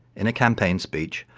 in a campaign speech,